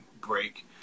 break